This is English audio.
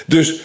Dus